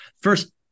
first